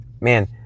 Man